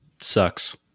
Sucks